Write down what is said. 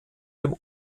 dem